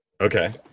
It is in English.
Okay